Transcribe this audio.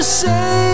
say